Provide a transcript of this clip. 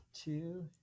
two